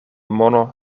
mono